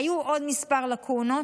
היו עוד כמה לקונות,